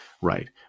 Right